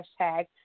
hashtag